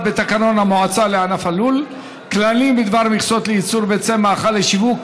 בתקנות המועצה לענף הלול (כללים בדבר מכסות לייצור ביצי מאכל לשיווק),